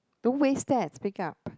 don't waste that wake up